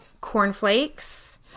cornflakes